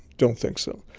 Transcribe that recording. don't think so.